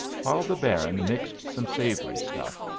while the baron mixed some savoury stuff,